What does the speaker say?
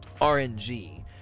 RNG